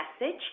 message